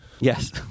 Yes